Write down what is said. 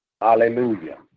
Hallelujah